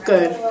Good